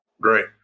Great